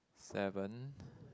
seven